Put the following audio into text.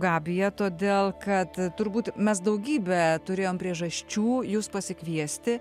gabija todėl kad turbūt mes daugybę turėjom priežasčių jus pasikviesti